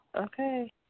Okay